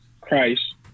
Christ